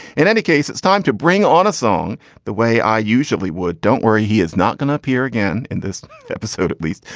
in any case, it's time to bring on a song the way i usually would. don't worry, he is not going up here again in this episode at least.